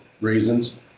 reasons